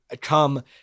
come